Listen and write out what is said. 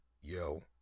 yo